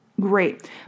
Great